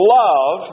love